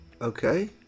Okay